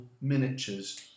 miniatures